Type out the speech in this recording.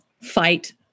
Fight